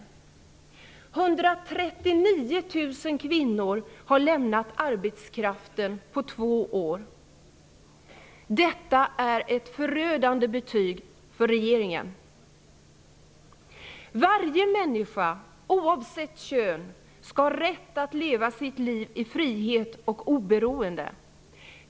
139 000 kvinnor har lämnat arbetskraften på två år. Detta är ett förödande betyg för regeringen. Varje människa, oavsett kön, skall ha rätt att leva sitt liv i frihet och oberoende.